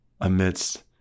amidst